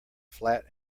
flat